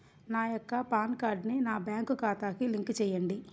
నా యొక్క పాన్ కార్డ్ని నా బ్యాంక్ ఖాతాకి లింక్ చెయ్యండి?